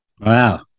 wow